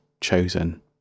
chosen